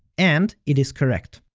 and it is correct.